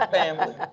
family